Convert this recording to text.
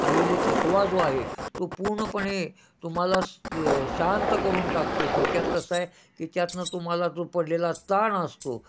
आलेली थकवा जो आहे तो पूर्णपणे तुम्हाला शांत करून टाकतो थोडक्यात कसं आहे की त्यातून तुम्हाला जो पडलेला ताण असतो